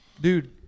Dude